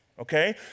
okay